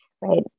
right